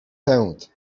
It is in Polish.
pęd